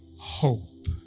hope